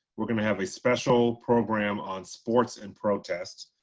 we're going to have a special program on sports and protests,